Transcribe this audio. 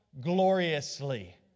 gloriously